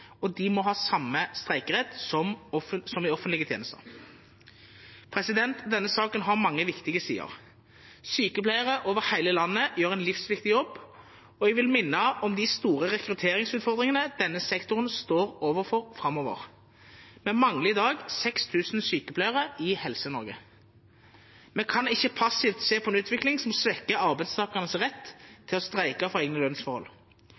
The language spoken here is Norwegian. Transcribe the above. og de må ha samme streikerett som i offentlige tjenester. Denne saken har mange viktige sider. Sykepleiere over hele landet gjør en livsviktig jobb, og jeg vil minne om de store rekrutteringsutfordringene denne sektoren står overfor framover. Vi mangler i dag 6 000 sykepleiere i Helse-Norge. Vi kan ikke passivt se på en utvikling som svekker arbeidstakernes rett til å streike for egne lønnsforhold.